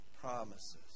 promises